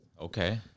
Okay